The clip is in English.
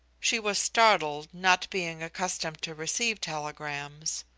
she was startled, not being accustomed to receive telegrams.